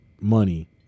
money